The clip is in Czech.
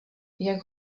jak